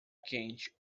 quente